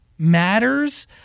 matters